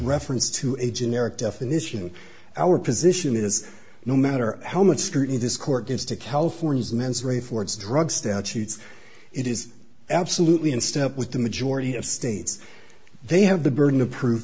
reference to a generic definition our position is no matter how much scrutiny this court gives to california's mens rea for its drug statutes it is absolutely in step with the majority of states they have the burden of proof